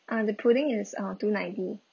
uh the pudding is uh two ninety